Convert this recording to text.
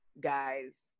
guys